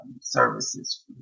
services